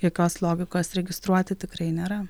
jokios logikos registruoti tikrai nėra